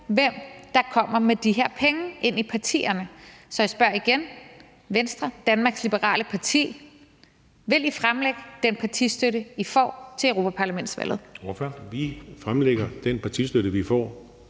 hvem der kommer med de her penge til partierne. Så jeg spørger igen: Vil Venstre, Danmarks Liberale Parti, fremlægge den partistøtte, I får til europaparlamentsvalget?